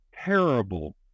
terrible